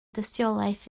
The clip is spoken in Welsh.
dystiolaeth